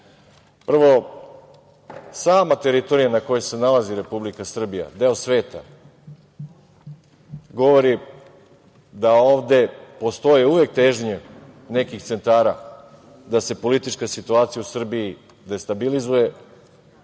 Prvo, sama teritorija na kojoj se nalazi Republika Srbija, deo sveta, govori da ovde postoje uvek težnje nekih centara da se politička situacija u Srbiji destabilizuje